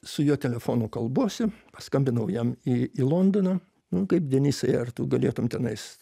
su juo telefonu kalbuosi paskambinau jam į į londoną nu kaip denisai ar tu galėtum tenais